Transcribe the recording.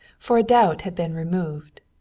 for a doubt had been removed.